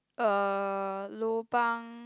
uh lobang